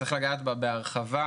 צריך לגעת בה בהרחבה,